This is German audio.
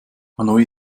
hanoi